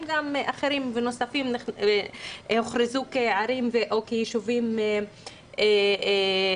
אחרים ונוספים הוכרזו כערים או יישובים אדומים.